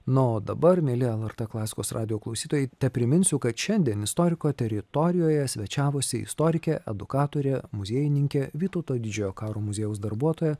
na o dabar mieli lrt klasikos radijo klausytojai tepriminsiu kad šiandien istoriko teritorijoje svečiavosi istorikė edukatorė muziejininkė vytauto didžiojo karo muziejaus darbuotoja